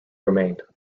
remained